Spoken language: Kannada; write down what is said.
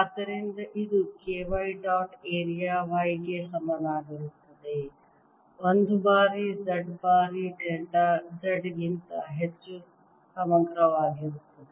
ಆದ್ದರಿಂದ ಇದು K y dot area y ಗೆ ಸಮನಾಗಿರುತ್ತದೆ 1 ಬಾರಿ z ಬಾರಿ ಡೆಲ್ಟಾ z ಗಿಂತ ಹೆಚ್ಚು ಸಮಗ್ರವಾಗಿರುತ್ತದೆ